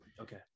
okay